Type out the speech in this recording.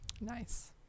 Nice